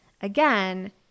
again